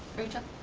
rachel?